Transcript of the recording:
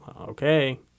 okay